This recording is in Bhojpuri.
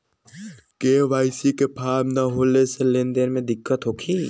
के.वाइ.सी के फार्म न होले से लेन देन में दिक्कत होखी?